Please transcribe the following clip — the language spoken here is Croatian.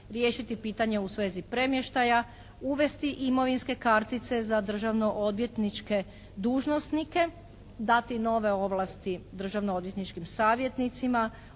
riješiti pitanje o svezi premještaja, uvesti imovinske kartice za državnoodvjentičke dužnosnike, dati nove ovlasti državnoodvjetničkim savjetnicima,